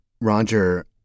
Roger